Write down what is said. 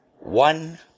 One